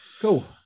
Cool